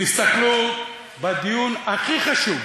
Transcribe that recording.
תסתכלו, בדיון הכי חשוב,